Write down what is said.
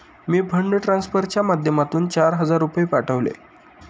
मी fund ट्रान्सफरच्या माध्यमातून चार हजार रुपये पाठवले